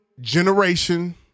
generation